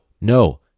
no